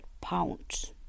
pounds